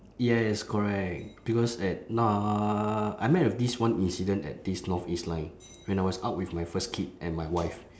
yes correct because at na~ I met with this one incident at this northeast line when I was out with my first kid and my wife